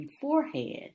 beforehand